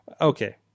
Okay